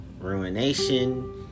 ruination